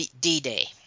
D-Day